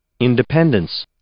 Independence